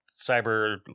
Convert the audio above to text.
cyber